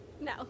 No